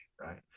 right